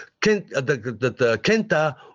Kenta